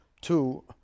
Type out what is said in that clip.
two